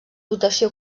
dotació